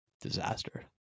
Disaster